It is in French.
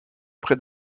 près